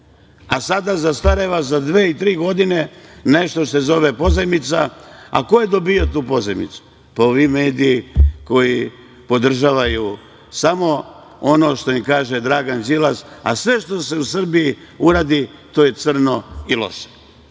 Sada zastareva za dve, tri godine nešto što se zove pozajmica. Ko je dobijao tu pozajmicu? Pa, ovi mediji koji podržavaju samo ono što im kaže Dragan Đilas, a sve što se u Srbiji uradi, to je crno i